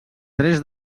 tres